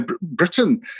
Britain